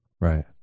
Right